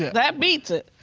that beats it.